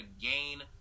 gain